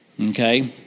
Okay